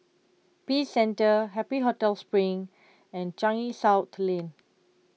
Peace Centre Happy Hotel Spring and Changi South Lane